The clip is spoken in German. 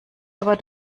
aber